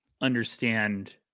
understand